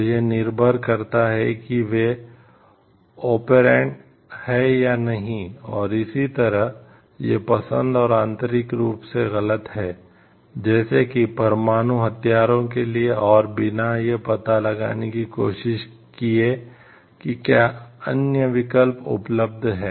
तो यह निर्भर करता है कि वे ओपेरैंट हैं या नहीं और इसी तरह यह पसंद और आंतरिक रूप से गलत है जैसे कि परमाणु हथियारों के लिए और बिना यह पता लगाने की कोशिश किए कि क्या अन्य विकल्प उपलब्ध हैं